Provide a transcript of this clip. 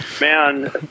Man